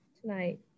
tonight